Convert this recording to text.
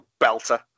belter